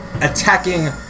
attacking